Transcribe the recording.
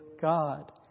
God